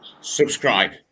Subscribe